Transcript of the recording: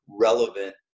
relevant